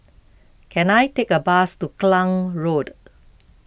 can I take a bus to Klang Road